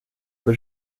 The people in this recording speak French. peu